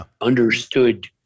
understood